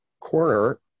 corner